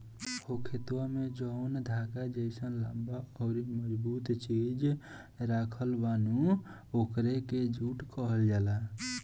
हो खेतवा में जौन धागा जइसन लम्बा अउरी मजबूत चीज राखल बा नु ओकरे के जुट कहल जाला